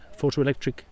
photoelectric